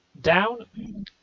down